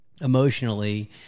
emotionally